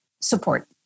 support